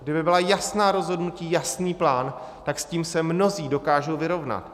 Kdyby byla jasná rozhodnutí, jasný plán, tak s tím se mnozí dokážou vyrovnat.